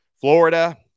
Florida